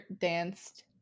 danced